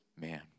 man